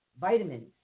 vitamins